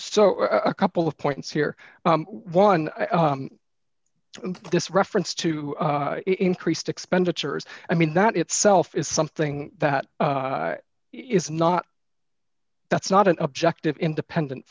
so a couple of points here one this reference to increased expenditures i mean that itself is something that is not that's not an objective independent